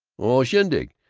oh. shindig.